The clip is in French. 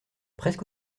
presque